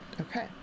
Okay